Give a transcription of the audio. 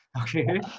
okay